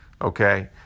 okay